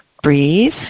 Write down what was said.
Breathe